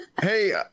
Hey